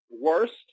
Worst